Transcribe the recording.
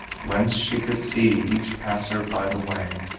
whence she could see each passer by the way.